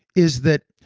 is that,